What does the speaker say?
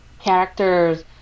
characters